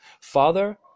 Father